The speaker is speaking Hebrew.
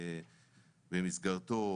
במסגרתו,